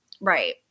Right